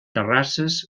terrasses